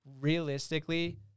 realistically